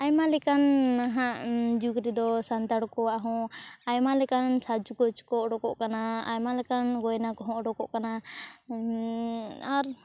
ᱟᱭᱢᱟ ᱞᱮᱠᱟᱱ ᱱᱟᱦᱟᱜ ᱡᱩᱜᱽ ᱨᱮᱫᱚ ᱥᱟᱱᱛᱟᱲ ᱠᱚᱣᱟᱜ ᱦᱚᱸ ᱟᱭᱢᱟ ᱞᱮᱠᱟᱱ ᱥᱟᱡᱽ ᱜᱳᱡᱽᱠᱚ ᱚᱰᱳᱠᱚᱜ ᱠᱟᱱᱟ ᱟᱭᱢᱟ ᱞᱮᱠᱟᱱ ᱜᱚᱭᱱᱟᱠᱚ ᱦᱚᱸ ᱚᱰᱳᱠᱚᱜ ᱠᱟᱱᱟ ᱟᱨ